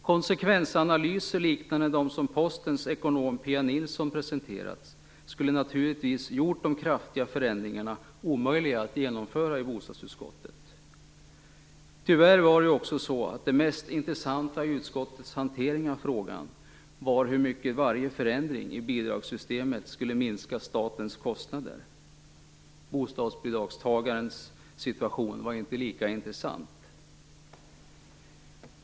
Konsekvensanalyser liknande de som Postens ekonom Pia Nilsson presenterat skulle naturligtvis gjort de kraftiga förändringarna omöjliga att genomföra för bostadsutskottet. Tyvärr var det mest intressanta i utskottets hantering av frågan hur mycket varje förändring i bidragssystemet skulle minska statens kostnader. Bostadsbidragstagarens situation var inte lika intressant.